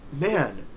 man